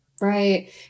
right